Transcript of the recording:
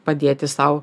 padėti sau